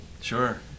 Sure